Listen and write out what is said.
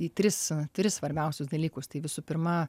į tris tris svarbiausius dalykus tai visų pirma